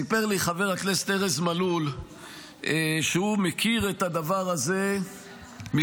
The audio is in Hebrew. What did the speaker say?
סיפר לי חבר הכנסת ארז מלול שהוא מכיר את הדבר הזה מקרוב,